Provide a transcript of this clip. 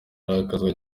arakazwa